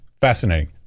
Fascinating